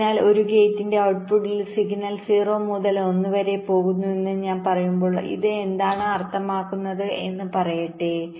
അതിനാൽ ഒരു ഗേറ്റിന്റെ ഔട്ട്പുട്ടിൽ സിഗ്നൽ 0 മുതൽ 1 വരെ പോകുന്നുവെന്ന് ഞാൻ പറയുമ്പോൾ ഇത് എന്താണ് അർത്ഥമാക്കുന്നത് എന്ന് പറയട്ടെ